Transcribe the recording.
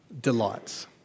delights